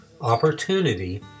opportunity